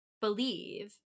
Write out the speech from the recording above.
believe